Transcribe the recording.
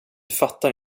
fattar